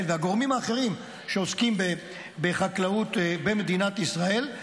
והגורמים האחרים שעוסקים בחקלאות במדינת ישראל,